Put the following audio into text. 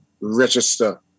register